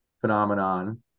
phenomenon